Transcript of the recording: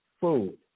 food